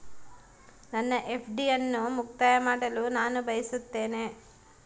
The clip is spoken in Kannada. ನನ್ನ ಎಫ್.ಡಿ ಅನ್ನು ಮುಕ್ತಾಯ ಮಾಡಲು ನಾನು ಬಯಸುತ್ತೇನೆ